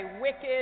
wicked